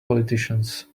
politicians